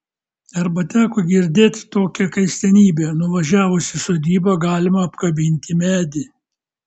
arba teko girdėt tokią keistenybę nuvažiavus į sodybą galima apkabinti medį